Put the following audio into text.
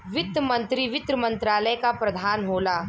वित्त मंत्री वित्त मंत्रालय क प्रधान होला